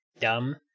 dumb